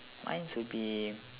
mine's will be